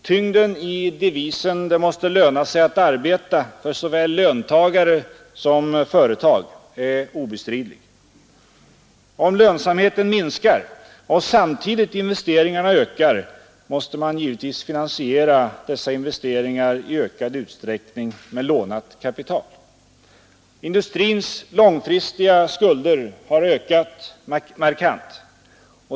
Tyngden i devisen ”det måste löna sig att arbeta” för såväl löntagare som företag är obestridlig. Om lönsamheten minskar och samtidigt investeringarna ökar måste man givetvis finansiera dessa investeringar i ökad utsträckning med lånat kapital. Industrins långfristiga skulder har ökat markant.